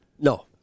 No